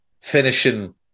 finishing